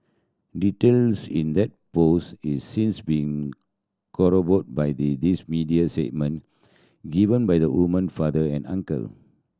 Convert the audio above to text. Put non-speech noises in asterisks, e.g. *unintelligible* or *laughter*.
details in that post is since been *unintelligible* by the these media statement given by the woman father and uncle